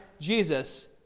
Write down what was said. Jesus